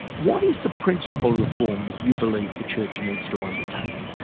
what is the principle reform that you believe the church needs to undertake?